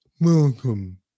welcome